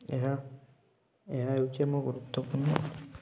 ଏହା ଏହା ହେଉଛି ଆମ ଗୁରୁତ୍ୱପୂର୍ଣ୍ଣ